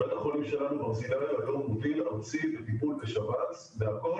בית החולים שלנו ברזילי הוא מוביל ארצי בטיפול בשבץ בהכל,